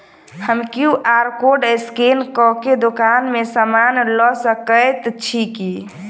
हम QR code scan कऽ केँ दुकान मे समान लऽ सकैत छी की?